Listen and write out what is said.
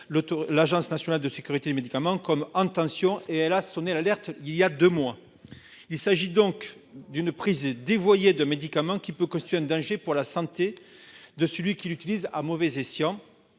l'Agence nationale de sécurité du médicament comme en tension et elle a sonné l'alerte il y a 2 mois. Il s'agit donc d'une prise et dévoyée de médicaments qui peut costume danger pour la santé de celui qui l'utilise à mauvais escient.